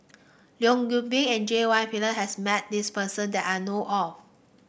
Leong Yoon Pin and J Y Pillay has met this person that I know of